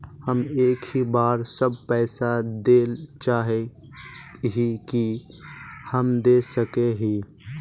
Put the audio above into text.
हम एक ही बार सब पैसा देल चाहे हिये की हम दे सके हीये?